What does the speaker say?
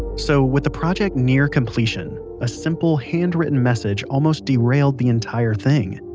so with the project near completion, a simple hand written message almost derailed the entire thing.